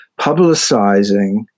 publicizing